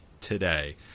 today